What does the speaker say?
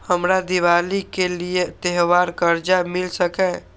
हमरा दिवाली के लिये त्योहार कर्जा मिल सकय?